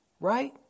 Right